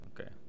Okay